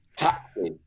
taxi